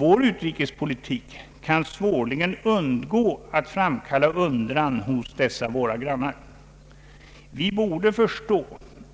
Vår utrikespolitik kan svårligen undgå att framkalla undran hos denna våra grannar. Vi borde förstå,